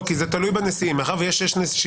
בנשיאים.